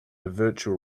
virtual